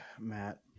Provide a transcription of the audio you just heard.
Matt